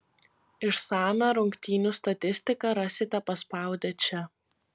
išsamią rungtynių statistiką rasite paspaudę čia